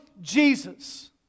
Jesus